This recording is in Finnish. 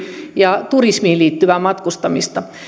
ja turismiin liittyvää matkustamista